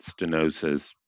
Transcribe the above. stenosis